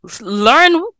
learn